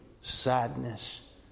sadness